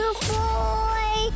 boy